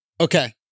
Okay